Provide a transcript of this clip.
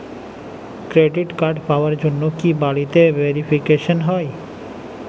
Credit card পাওয়ার জন্য কি বাড়িতে ভেরিফিকেশন হয়?